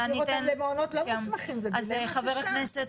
כי הדילמה היא להעביר אותם למעונות לא מוסמכים.